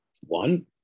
One